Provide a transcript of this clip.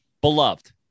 Beloved